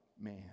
man